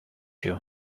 you